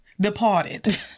departed